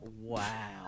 Wow